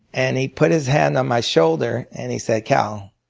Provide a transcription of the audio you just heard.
and he put his hand on my shoulder and he said cal,